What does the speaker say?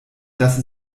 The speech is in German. dass